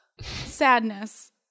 sadness